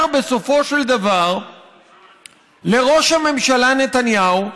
בסופו של דבר לראש הממשלה נתניהו,